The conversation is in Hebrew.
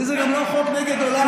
שמענו טוב מאוד.